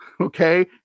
okay